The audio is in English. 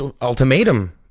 ultimatum